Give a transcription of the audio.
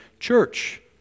Church